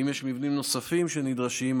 אם יש מבנים נוספים שנדרשים,